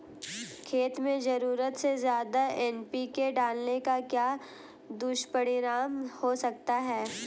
खेत में ज़रूरत से ज्यादा एन.पी.के डालने का क्या दुष्परिणाम हो सकता है?